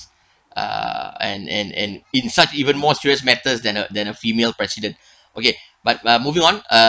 uh and and and in such even more serious matters than a than a female president okay but we're moving on uh